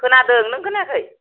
खोनादों नों खोनायाखै